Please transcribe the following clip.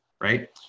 right